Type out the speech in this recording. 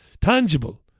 tangible